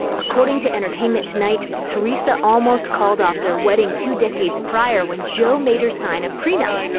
according to entertainment tonight, teresa almost called off their wedding two decades prior, when joe made her sign a prenup.